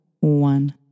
one